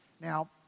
Now